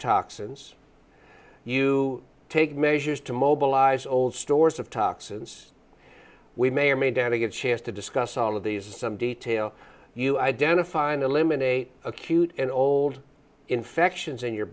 toxins you take measures to mobilize old stores of toxins we may or may down a good chance to discuss all of these in some detail you identify and eliminate acute and old infections in your